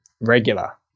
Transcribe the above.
regular